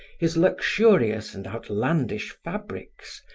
his luxurious and outlandish fabrics,